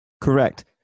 correct